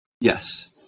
Yes